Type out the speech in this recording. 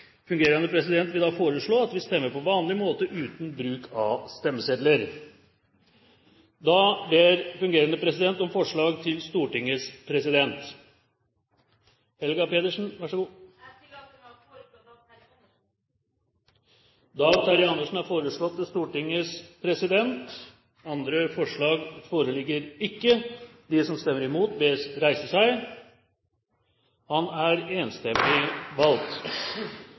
Fungerende president vil foreslå at vi stemmer på vanlig måte uten bruk av stemmesedler. – Det anses vedtatt. Fungerende president ber om forslag på Stortingets president. Jeg tillater meg å foreslå Dag Terje Andersen. Dag Terje Andersen er foreslått valgt til Stortingets president. – Andre forslag foreligger ikke.